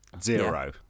Zero